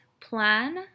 plan